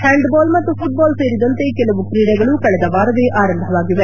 handball ಮತ್ತು football ಸೇರಿದಂತೆ ಕೆಲವು ಕ್ರೀಡೆಗಳು ಕಳೆದ ವಾರವೇ ಆರಂಭವಾಗಿವೆ